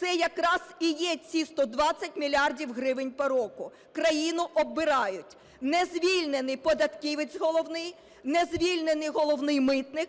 Це якраз і є ці 120 мільярдів гривень по року. Країну оббирають. Не звільнений податківець головний, не звільнений головний митник,